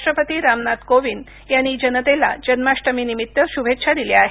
राष्ट्रपती रामनाथ कोविंद यांनी जनतेला जन्माष्टमीनिमित्त शुभेच्छा दिल्या आहेत